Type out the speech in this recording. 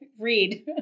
read